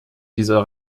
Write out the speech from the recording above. dieser